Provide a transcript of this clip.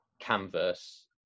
canvas